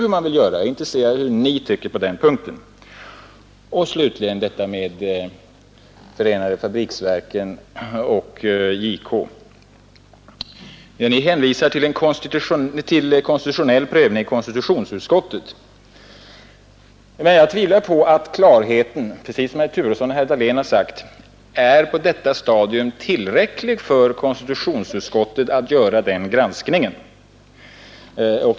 Jag är intresserad av att höra vad Ni tycker på den punkten. Och slutligen detta med förenade fabriksverken och JK. Ni hänvisar till konstitutionell prövning i konstitutionsutskottet. Men jag tvivlar, precis som herr Turesson och herr Dahlén har sagt, på att klarheten på detta stadium är tillräcklig för att konstitutionsutskottet skall kunna göra den granskningen.